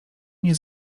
nie